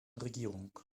regierung